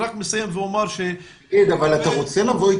אם תראה את